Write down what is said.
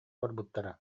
барбыттара